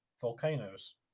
Volcanoes